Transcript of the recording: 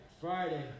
Friday